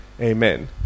Amen